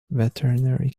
veterinary